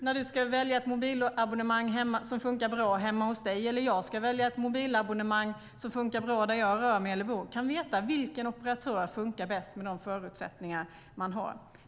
När du ska välja ett mobilabonnemang som funkar bra hemma hos dig eller jag ska välja ett mobilabonnemang som funkar bra där jag rör mig eller bor kan vi då veta vilken operatör som funkar bäst med de förutsättningar som vi har.